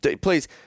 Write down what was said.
Please